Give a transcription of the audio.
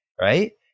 right